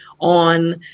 on